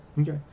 Okay